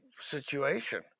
situation